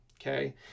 Okay